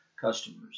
customers